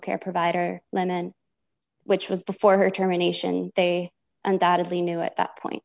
care provider lemon which was before her terminations they undoubtedly knew at that point